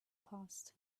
past